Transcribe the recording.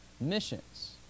missions